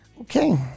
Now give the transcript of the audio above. Okay